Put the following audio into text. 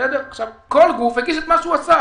כל גוף הגיש את מה שהוא עשה,